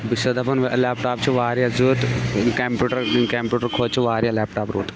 بہٕ چھَس دَپان لیٚپ ٹاپ چھُ واریاہ رُت کَمپیٚوٗٹر کمپیٚوٗٹر کھوتہٕ چھُ واریاہ لیٚپ ٹاپ رُت